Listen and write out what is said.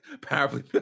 Powerfully